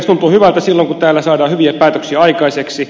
tuntuu hyvältä silloin kun täällä saadaan hyviä päätöksiä aikaiseksi